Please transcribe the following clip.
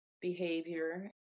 behavior